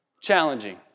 Challenging